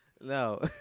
No